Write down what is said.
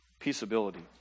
peaceability